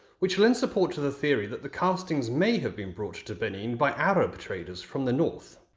which lends support to the theory that the castings may have been brought to benin by arab traders from the north.